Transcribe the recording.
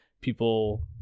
people